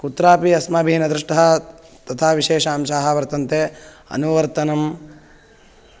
कुत्रापि अस्माभिः न दृष्टः तथा विशेष अंशाः वर्तन्ते अनुवर्तनं